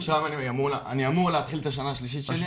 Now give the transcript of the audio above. עכשיו אני אמור להתחיל את השנה השלישית שלי,